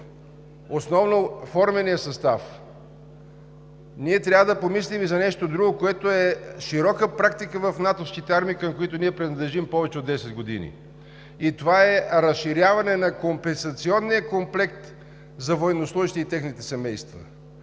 основно формения състав, трябва да помислим и за нещо друго, което е широка практика в натовските армии, към които принадлежим повече от 10 години. И това е разширяване на компенсационния комплект за военнослужещите и техните семейства.